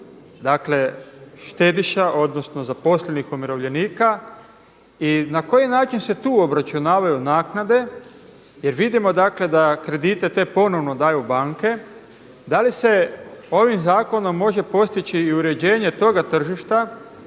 dakle štediša, odnosno zaposlenih umirovljenika i na koji način se tu obračunavaju naknade jer vidimo dakle da kredite te ponovno daju banke, da li se ovim zakonom može postići i uređenje toga tržišta